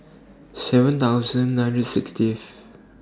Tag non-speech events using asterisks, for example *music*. seven thousand nine *unintelligible* sixty *unintelligible*